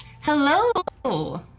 hello